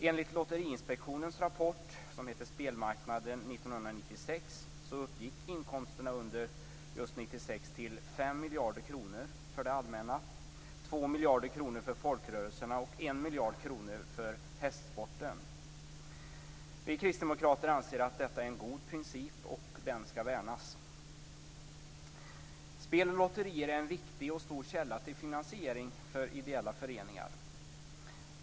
Enligt Lotteriinspektionens rapport Spelmarknaden 1996 uppgick inkomsterna under 1996 till 5 miljarder kronor för det allmänna, 2 miljarder kronor för folkrörelserna och 1 miljard kronor för hästsporten. Spel och lotterier är en viktig och stor källa till finansiering för ideella föreningar.